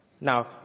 Now